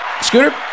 Scooter